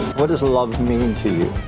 what does love mean to you?